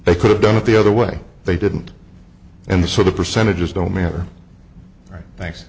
they could have done of the other way they didn't and so the percentages don't matter right thanks